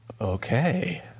Okay